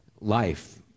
life